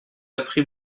appris